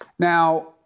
Now